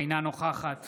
אינה נוכחת